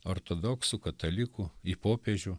ortodoksų katalikų į popiežių